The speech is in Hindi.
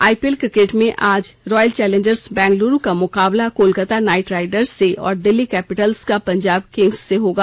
आईपीएल क्रिकेट में आज रॉयल चैलेंजर्स बैंगलुरू का मुकाबला कोलकाता नाइट राइडर्स से और दिल्ली कैपिटल्स का पंजाब किंग्स से होगा